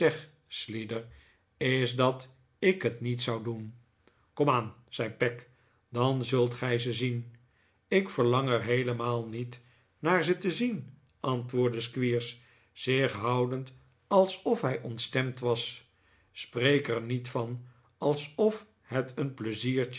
slider is dat ik het niet zou doen komaan zei peg dan zult gij ze zien ik verlang er heelemaal niet naar ze te zien antwoordde squeers zich houdend alspf hij pntstemd was spreek er niet van alspf het een pleiziertje